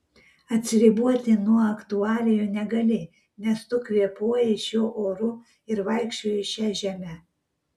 atsiriboti nuo aktualijų negali nes tu kvėpuoji šiuo oru ir vaikščioji šia žeme